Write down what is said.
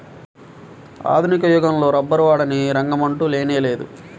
ఆధునిక యుగంలో రబ్బరు వాడని రంగమంటూ లేనేలేదు